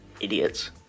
Idiots